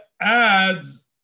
adds